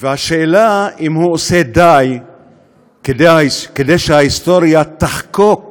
והשאלה אם הוא עושה די כדי שההיסטוריה תחקוק